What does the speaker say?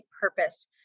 purpose